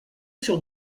sur